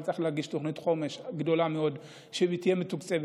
צריך להגיש תוכנית חומש גדולה מאוד שתהיה מתוקצבת.